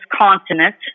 continent